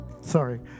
Sorry